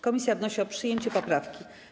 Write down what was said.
Komisja wnosi o przyjęcie poprawki.